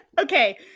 Okay